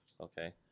Okay